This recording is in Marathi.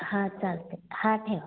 हां चालतंय हां ठेवा